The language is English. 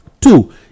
two